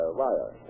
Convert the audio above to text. wire